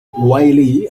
wylie